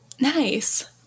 Nice